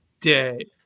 day